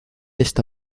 esta